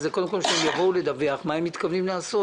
קודם כול, שהם יבואו לדווח מה הם מתכוונים לעשות.